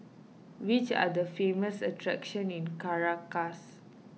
which are the famous attractions in Caracas